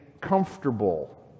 comfortable